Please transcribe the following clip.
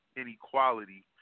inequality